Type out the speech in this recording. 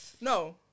no